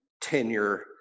tenure